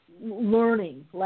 learning